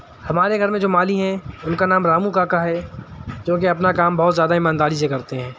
ہمارے گھر میں جو مالی ہیں ان کا نام رامو کاکا ہے جوکہ اپنا کام بہت زیادہ ایمانداری سے کرتے ہیں